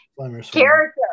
character